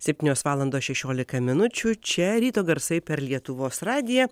septynios valandos šešiolika minučių čia ryto garsai per lietuvos radiją